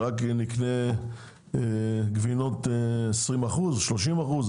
רק נקנה גבינות 20 אחוזי שומן או 30 אחוזי שומן?